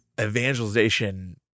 evangelization